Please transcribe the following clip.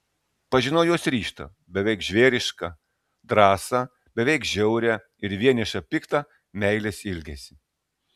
pažinau jos ryžtą beveik žvėrišką drąsą beveik žiaurią ir vienišą piktą meilės ilgesį